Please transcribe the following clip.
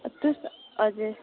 तुस हजुर